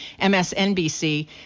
MSNBC